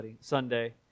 Sunday